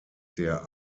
der